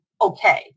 okay